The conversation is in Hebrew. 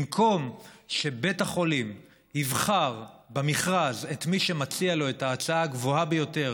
במקום שבית החולים יבחר במכרז את מי שמציע לו את ההצעה הגבוהה ביותר